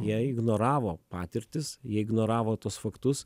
jei ignoravo patirtis jie ignoravo tuos faktus